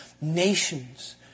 nations